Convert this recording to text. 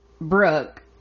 Brooke